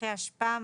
פחי אשפה,